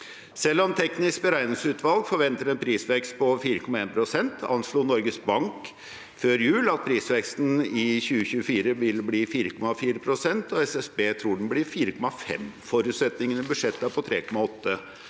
Selv om teknisk beregningsutvalg forventer en prisvekst på 4,1 pst., anslo Norges Bank før jul at prisveksten i 2024 vil bli 4,4 pst., og SSB tror den blir 4,5 pst. Forutsetningen for budsjettene er på 3,8 pst.